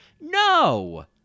No